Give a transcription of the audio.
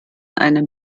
einen